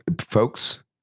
Folks